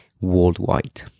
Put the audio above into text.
worldwide